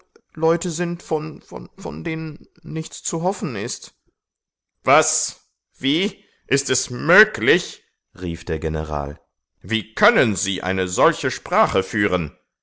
leute sind von denen nichts zu hoffen ist was wie ist es möglich rief der general wie können sie eine solche sprache führen